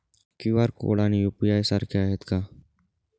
QR code आणि UPI सारखे आहेत का?